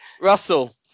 Russell